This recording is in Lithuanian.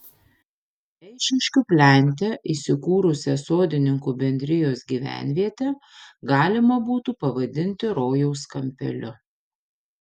eišiškių plente įsikūrusią sodininkų bendrijos gyvenvietę galima būtų pavadinti rojaus kampeliu